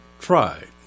tried